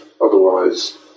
otherwise